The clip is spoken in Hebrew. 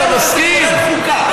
וחוקה, וחוקה.